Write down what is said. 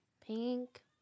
Pink